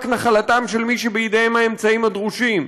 נחלתם של מי שבידיהם האמצעים הדרושים.